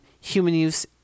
human-use